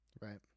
Right